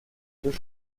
deux